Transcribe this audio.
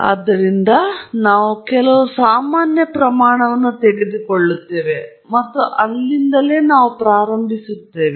ಆದ್ದರಿಂದ ನಾವು ಕೆಲವು ಸಾಮಾನ್ಯ ಪ್ರಮಾಣವನ್ನು ತೆಗೆದುಕೊಳ್ಳುತ್ತೇವೆ ಮತ್ತು ಅದರಿಂದ ನಾವು ಪ್ರಾರಂಭಿಸುತ್ತೇವೆ